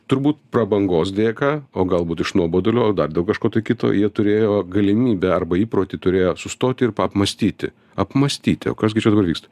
turbūt prabangos dėka o galbūt iš nuobodulio ar dar dėl kažko tai kito jie turėjo galimybę arba įprotį turėjo sustoti ir pap apmąstyti apmąstyti o kas gi čia dabar vyksta